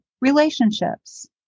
relationships